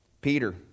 Peter